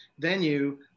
venue